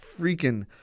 freaking